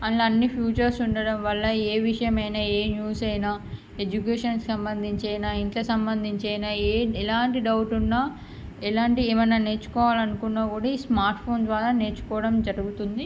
అందులో అన్ని ఫ్యూచర్స్ ఉండడం వల్ల ఏ విషయం అయినా ఏ న్యూస్ అయినా ఎడ్యుకేషన్ సంబంధించైన ఇంట్లో సంబంధించైన ఏ ఎలాంటి డౌట్ ఉన్నా ఎలాంటి ఏమైనా నేర్చుకోవాలి అనుకున్న కూడా ఈ స్మార్ట్ ఫోన్ ద్వారా నేర్చుకోవడం జరుగుతుంది